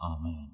amen